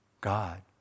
God